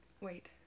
wait